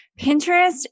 Pinterest